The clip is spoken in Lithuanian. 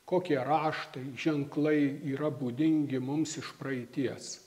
kokie raštai ženklai yra būdingi mums iš praeities